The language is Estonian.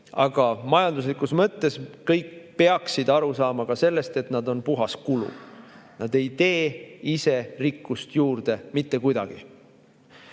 Aga majanduslikus mõttes peaksid kõik aru saama ka sellest, et nad on puhas kulu. Nad ei teeni ise rikkust juurde mitte kuidagi.